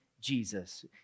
Jesus